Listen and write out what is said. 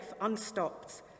unstopped